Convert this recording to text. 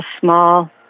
small